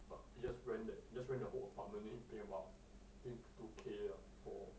but yes branded he just rent the whole apartment then he pay about think two K ah for